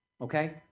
Okay